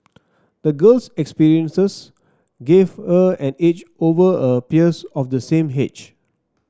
the girl's experiences gave her an edge over her peers of the same age